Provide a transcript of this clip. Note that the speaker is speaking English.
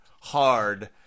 hard